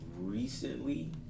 recently